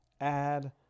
add